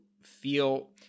feel